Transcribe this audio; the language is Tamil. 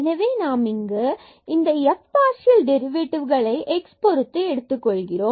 எனவே நாம் இங்கு இந்த f பார்சியல் டெரிவேட்டிவ்களை x பொறுத்து எடுத்துக் கொள்கிறோம்